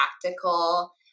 practical